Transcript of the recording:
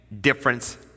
difference